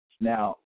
Now